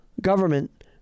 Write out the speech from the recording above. government